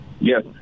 Yes